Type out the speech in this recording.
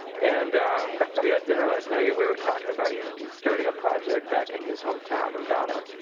and we had dinner last night. we were talking about, he's starting a project back in his hometown in ghana,